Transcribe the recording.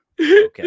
Okay